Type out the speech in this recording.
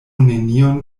nenion